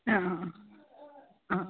ആ ആ ആ ആ